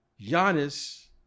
Giannis